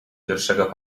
pierwszego